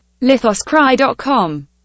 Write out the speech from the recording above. Lithoscry.com